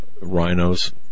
rhinos